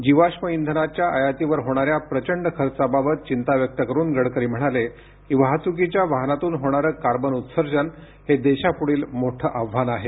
जीवाष्म इंधनाच्या आयातीवर होणाऱ्या प्रचंड खर्चाबाबत चिंता व्यक्त करुन गडकरी म्हणाले की वाहतुकीच्या वाहनातून होणारे कार्बन उत्सर्जन हे देशापुढील मोठे आव्हान आहे